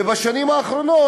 ובשנים האחרונות,